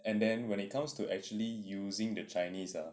and then when it comes to actually using the chinese ah